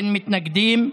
אין מתנגדים.